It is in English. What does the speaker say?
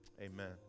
Amen